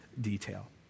detail